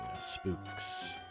Spooks